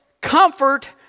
comfort